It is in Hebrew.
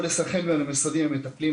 או עם המשרדים המטפלים.